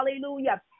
hallelujah